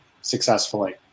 successfully